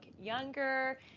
younger